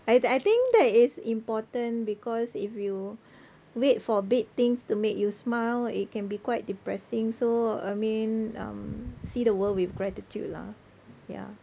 I I think that is important because if you wait for big things to make you smile it can be quite depressing so I mean um see the world with gratitude lah ya